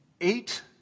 eight